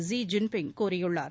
Xi Jinping கூறியுள்ளார்